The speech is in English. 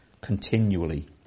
continually